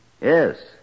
Yes